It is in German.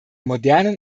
modernen